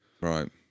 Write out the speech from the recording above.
Right